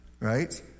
Right